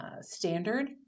standard